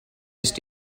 ist